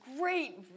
great